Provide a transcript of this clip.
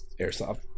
Airsoft